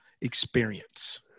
experience